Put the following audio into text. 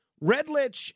Redlich